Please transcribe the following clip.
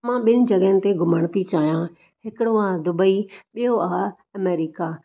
मां ॿिनि जॻहिनि ते घुमण थी चाहियां हिकड़ो आहे दुबई ॿियो आहे अमेरिका